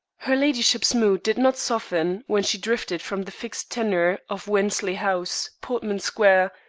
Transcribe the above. her ladyship's mood did not soften when she drifted from the fixed tenure of wensley house, portman square,